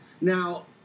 now